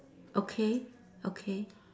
okay okay